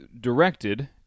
directed